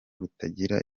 rutagira